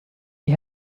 die